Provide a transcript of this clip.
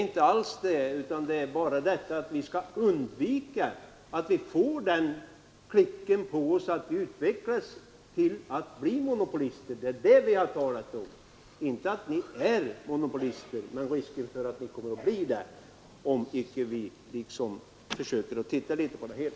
Inte alls, men vi skall undvika att få den pricken på oss att vi utvecklas till att bli monopolister. Det är det vi har talat om — inte att ni är monopolister men risken för att ni kommer att bli det, om vi inte försöker titta litet på det hela.